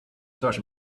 such